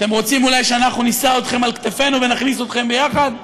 אתם רוצים אולי שאנחנו נישא אתכם על כתפינו ונכניס אתכם ביחד?